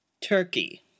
Turkey